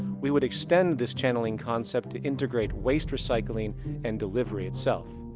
we would extend this channeling concept to integrate waste recycling and delivery itself.